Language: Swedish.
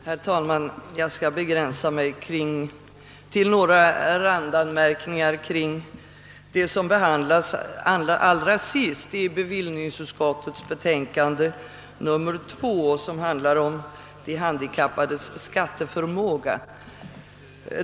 Herr talman! Jag skall begränsa mig till några randanmärkningar kring det som behandlas allra sist i bevillningsutskottets betänkande nr 2 och som handlar om de handikappades skatteförmåga.